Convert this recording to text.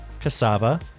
cassava